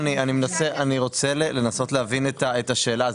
רוצה לנסות להבין את השאלה,